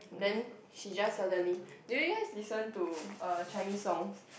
then she just suddenly do you guys listen to uh Chinese songs